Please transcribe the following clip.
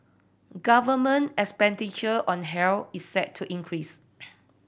government expenditure on health is set to increase